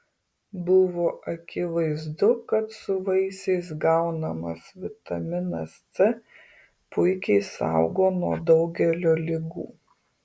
buvo akivaizdu kad su vaisiais gaunamas vitaminas c puikiai saugo nuo daugelio ligų